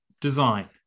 design